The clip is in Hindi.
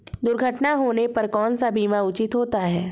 दुर्घटना होने पर कौन सा बीमा उचित होता है?